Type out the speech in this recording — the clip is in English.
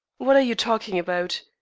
what are you talking about?